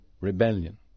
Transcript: rebellion